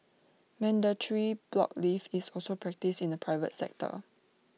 mandatory block leave is also practised in the private sector